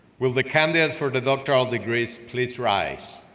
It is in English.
will the candidates for the doctoral degrees please rise?